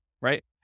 right